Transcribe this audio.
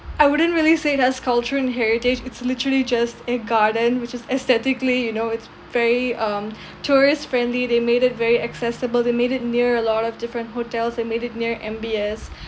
I wouldn't really say it has culture and heritage it's literally just a garden which is aesthetically you know it's very um tourist friendly they made it very accessible they made it near a lot of different hotels they made it near M_B_S